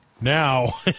Now